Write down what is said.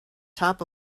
top